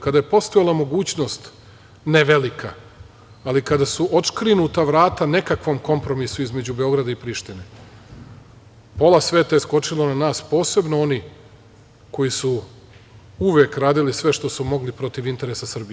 Kada je postojala mogućnost, ne velika, ali kada su otškrinuta vrata nekakvom kompromisu između Beograda i Prištine pola sveta je skočilo na nas, posebno oni koji su uvek radili sve što su mogli protiv interesa Srbije?